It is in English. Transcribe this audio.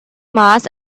mass